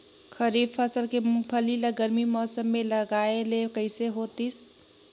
खरीफ फसल के मुंगफली ला गरमी मौसम मे लगाय ले कइसे होतिस?